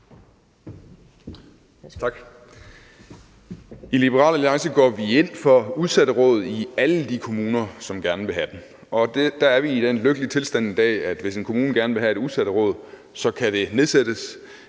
I Liberal Alliance går vi ind for udsatteråd i alle de kommuner, som gerne vil have dem, og der er vi i den lykkelige situation i dag, at hvis en kommune gerne vil have et udsatteråd, kan det nedsættes,